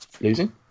losing